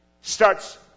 starts